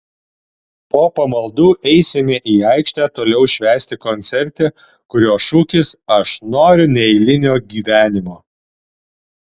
po pamaldų eisime į aikštę toliau švęsti koncerte kurio šūkis aš noriu neeilinio gyvenimo